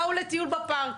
באו לטיול בפארק.